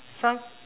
some